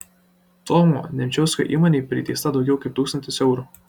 tomo nemčiausko įmonei priteista daugiau kaip tūkstantis eurų